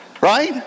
right